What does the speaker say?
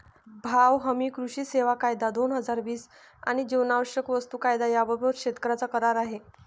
भाव हमी, कृषी सेवा कायदा, दोन हजार वीस आणि जीवनावश्यक वस्तू कायदा याबाबत शेतकऱ्यांचा करार आहे